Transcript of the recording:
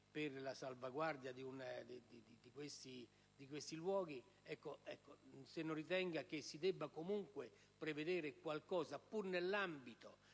per la salvaguardia di questi luoghi, non ritenga che si debba comunque fare qualcosa, pur nell'ambito